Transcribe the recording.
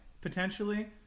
potentially